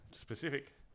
Specific